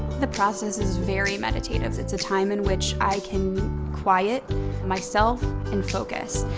the process is very meditative. it's a time in which i can quiet myself and focus.